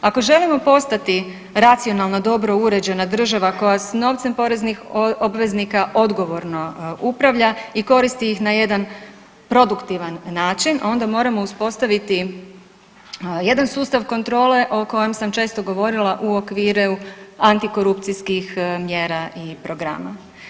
Ako želimo postati racionalna, dobro uređena država koja s novcem poreznih obveznika odgovorno upravlja i koristi ih na jedan produktivan način onda moramo uspostaviti jedan sustav kontrole o kojem sam često govorila u okviru antikorupcijskih mjera i programa.